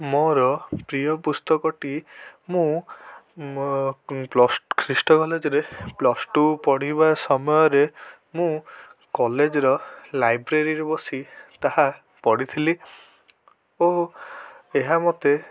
ମୋର ପ୍ରିୟ ପୁସ୍ତକଟି ମୁଁ ଖ୍ରୀଷ୍ଟ କଲେଜରେ ପ୍ଲସ୍ ଟୁ ପଢ଼ିବା ସମୟରେ ମୁଁ କଲେଜର ଲାଇବ୍ରେରୀରେ ବସି ତାହା ପଢ଼ିଥିଲି ଓ ଏହା ମୋତେ